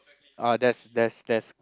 uh there's there's there's